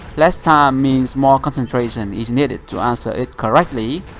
less time means more concentration is needed to answer it correctly.